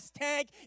tank